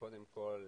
קודם כול,